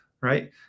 right